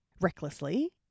recklessly